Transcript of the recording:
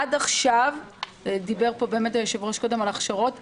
עד עכשיו דיבר פה היושב-ראש קודם על הכשרות,